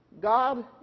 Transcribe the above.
God